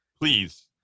Please